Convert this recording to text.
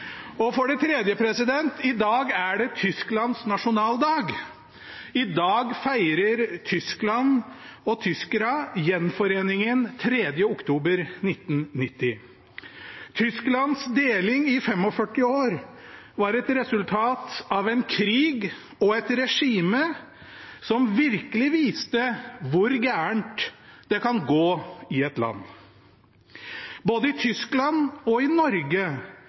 årene. For det tredje er det Tysklands nasjonaldag i dag. I dag feirer Tyskland og tyskerne gjenforeningen 3. oktober 1990. Tysklands deling i 45 år var et resultat av en krig og et regime som virkelig viste hvor galt det kan gå i et land. Både i Tyskland og i Norge